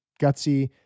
gutsy